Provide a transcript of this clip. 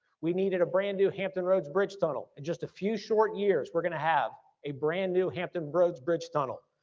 we need a brand new hampton roads bridge tunnel. in just a few shorts years we're gonna have a brand new hampton roads bridge tunnel.